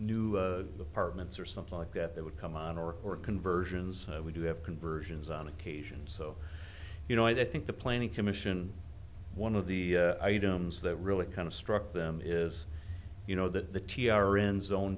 new apartments or something like that that would come on or or conversions we do have conversions on occasion so you know i think the planning commission one of the items that really kind of struck them is you know that the t r n zone